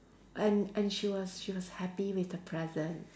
and and she was she was happy with the present